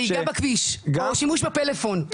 נהיגה בכביש או שימוש בפלאפון,